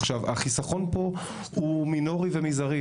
עכשיו, החסכון פה הוא מינורי ומזערי.